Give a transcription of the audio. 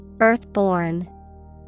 Earthborn